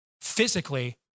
physically